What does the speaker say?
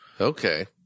Okay